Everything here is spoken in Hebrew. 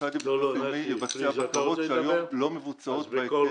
המוסד לביטוח לאומי יבצע בקרות שהיום לא מבוצעות בהיקף --- נתי,